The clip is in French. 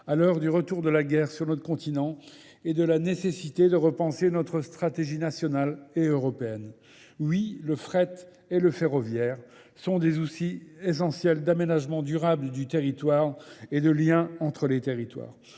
à l'heure du retour de la guerre sur notre continent et de la nécessité de repenser notre stratégie nationale et européenne. Oui, le fret et le ferroviaire sont des outils essentiels d'aménagement durable du territoire et de lien entre les territoires.